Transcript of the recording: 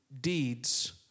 deeds